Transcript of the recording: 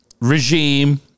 regime